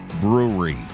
brewery